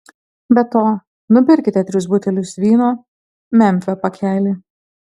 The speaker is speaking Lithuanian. be to nupirkite tris butelius vyno memfio pakelį